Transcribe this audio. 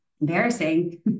embarrassing